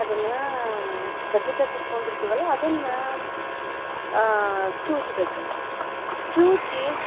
ಅದನ್ನ ಬದ್ನಿಕಾಯಿ ಸುಟ್ಕೊಂಡಿರ್ತಿವಲ್ಲಾ ಅದನ್ನ ಚಿವ್ಚ್ಬೇಕು ಚಿವ್ಚಿ